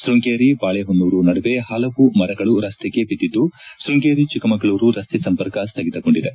ಶ್ಯಂಗೇರಿ ಬಾಳೆಹೊನ್ನೂರು ನಡುವೆ ಹಲವು ಮರಗಳು ರಸ್ತೆಗೆ ಏದ್ದಿದ್ದು ಶ್ಯಂಗೇರಿ ಚಿಕ್ಕಮಗಳೂರು ರಸ್ತೆ ಸಂಪರ್ಕ ಸ್ಥಗಿತಗೊಂಡಿದೆ